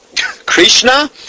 Krishna